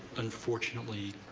unfortunately,